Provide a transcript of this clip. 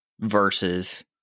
versus